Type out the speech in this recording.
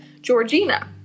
georgina